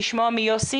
כמו למשל מנהיגות נכונה,